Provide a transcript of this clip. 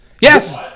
Yes